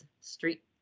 street